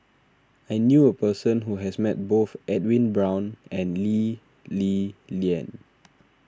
I knew a person who has met both Edwin Brown and Lee Li Lian